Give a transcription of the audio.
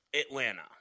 atlanta